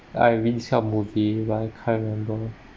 I rarely see this kind of movie but I can't remember